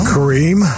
Kareem